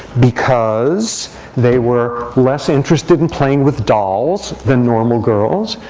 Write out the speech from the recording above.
because they were less interested in playing with dolls than normal girls,